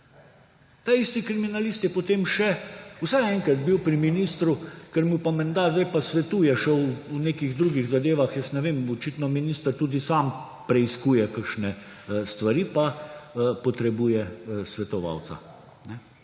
Ta isti kriminalist je potem še vsaj enkrat bil pri ministru, ker mu pa menda zdaj pa svetuje še o nekih drugih zadevah. Jaz ne vem, očitno minister tudi sam preiskuje kakšne stvari pa potrebuje svetovalca.